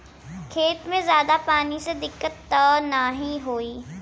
खेत में ज्यादा पानी से दिक्कत त नाही होई?